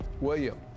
William